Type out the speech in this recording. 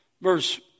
verse